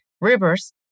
rivers